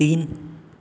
तीन